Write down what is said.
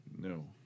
No